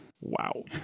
Wow